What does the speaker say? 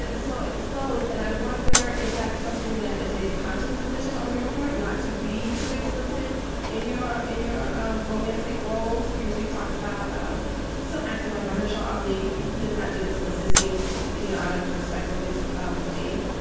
ah so exposed. and i wonder if that's something that is a conscious decision on your part, not to be too explicit in your and your um romantic roles because we've talked about um some actors like martial ali. he does not do explicit scenes speak, and you know, out of respect for his um faith.